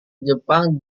jepang